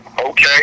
Okay